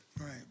Right